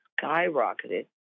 skyrocketed